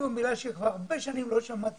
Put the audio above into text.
וכבר הרבה שנים ברוך השם לא שמעתי